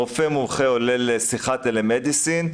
רופא מומחה עולה לשיחת טלה-מדיסין,